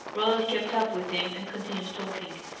roland kept up with him and continued talking.